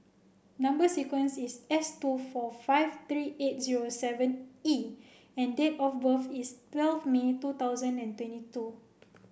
number sequence is S two four five three eight zero seven E and date of birth is twelve May two thousand and twenty two